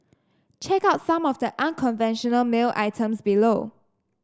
check out some of the unconventional mail items below